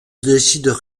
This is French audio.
décident